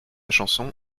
chanson